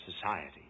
society